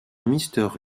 mister